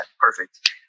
perfect